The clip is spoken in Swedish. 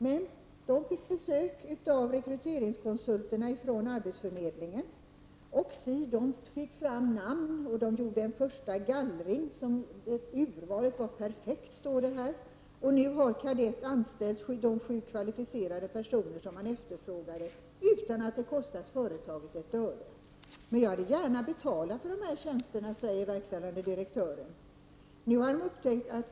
Men företaget fick besök av rekryteringskonsulenter från arbetsförmedlingen, och si, de fick fram namn och gjorde en första gallring där urvalet var perfekt. Nu har Cadett AB anställt de sju kvalificerade personer som man efterfrågade, utan att det kostat företaget ett öre. ”Men jag hade gärna betalt för de här tjänsterna”, säger verkställande direktören.